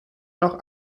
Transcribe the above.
noch